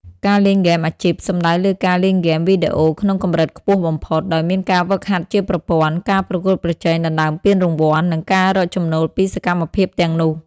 ការលេងហ្គេមអាជីព សំដៅលើការលេងហ្គេមវីដេអូក្នុងកម្រិតខ្ពស់បំផុត ដោយមានការហ្វឹកហាត់ជាប្រព័ន្ធ ការប្រកួតប្រជែងដណ្តើមពានរង្វាន់ និងការរកចំណូលពីសកម្មភាពទាំងនោះ។